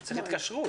צריך התקשרות.